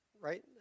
right